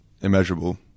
immeasurable